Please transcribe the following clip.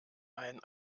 ein